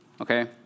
Okay